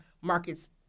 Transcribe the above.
markets